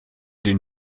den